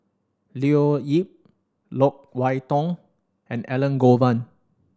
Leo Yip Loke Wan Tho and Elangovan